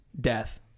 death